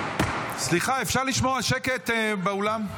סליחה, אפשר לשמור על שקט באולם?